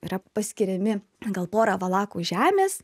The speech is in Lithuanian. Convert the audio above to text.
yra paskiriami gal pora valakų žemės